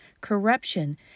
corruption